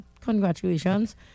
congratulations